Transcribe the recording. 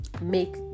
make